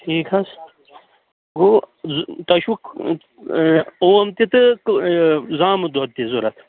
ٹھیٖک حظ گوٚو زٕ تۄہہِ چھُ اوم تہِ تہٕ زامُت دۄد تہِ ضوٚرَتھ